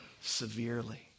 severely